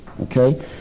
Okay